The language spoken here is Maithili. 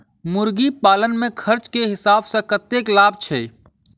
मुर्गी पालन मे खर्च केँ हिसाब सऽ कतेक लाभ छैय?